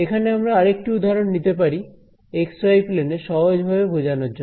এখানে আমরা আরেকটি উদাহরণ নিতে পারি x y প্লেন এ সহজভাবে বোঝানোর জন্য